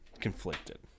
conflicted